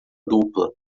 dupla